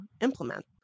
implement